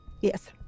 Yes